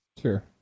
Sure